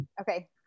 Okay